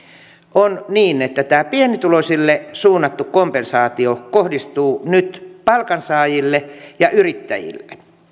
on niin että tämä pienituloisille suunnattu kompensaatio kohdistuu nyt palkansaajille ja yrittäjille